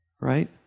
right